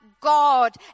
God